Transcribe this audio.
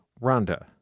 Rhonda